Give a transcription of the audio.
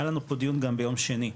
היה לנו פה דיון גם ביום שני,